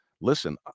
listen